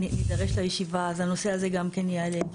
נידרש לישיבה, אז הנושא הזה גם כן יעלה.